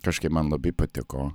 kažkaip man labai patiko